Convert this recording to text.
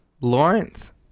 Lawrence